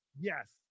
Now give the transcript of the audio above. Yes